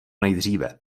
nejdříve